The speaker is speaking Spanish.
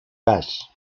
gas